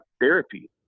therapy